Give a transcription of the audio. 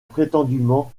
prétendument